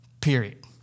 period